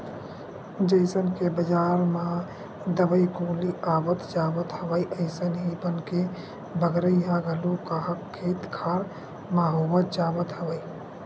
जइसन के बजार म दवई गोली आवत जावत हवय अइसने ही बन के बगरई ह घलो काहक खेत खार म होवत जावत हवय